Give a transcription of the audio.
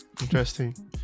interesting